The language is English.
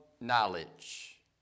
knowledge